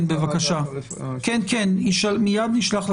מיד נשלח.